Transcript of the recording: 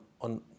on